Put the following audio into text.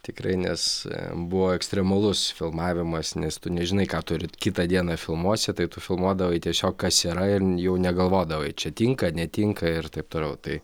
tikrai nes buvo ekstremalus filmavimas nes tu nežinai ką tu ryt kitą dieną filmuosi tai tu filmuodavai tiesiog kas yra ir jau negalvodavai čia tinka netinka ir taip toliau tai